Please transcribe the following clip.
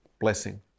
blessing